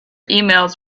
emails